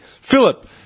Philip